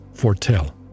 foretell